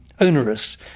onerous